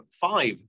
five